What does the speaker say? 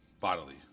Bodily